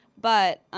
but